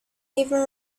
even